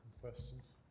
questions